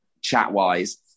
chat-wise